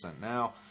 now